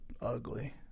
ugly